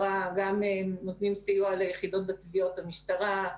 נותנים סיוע ליחידות בתביעות המשטרה,